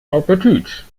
appetit